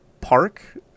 park